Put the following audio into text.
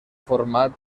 format